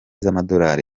z’amadolari